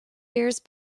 years